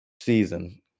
season